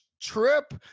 trip